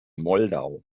moldau